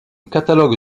catalogue